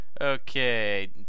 Okay